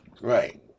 Right